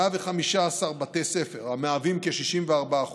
115 בתי ספר, המהווים כ-64%,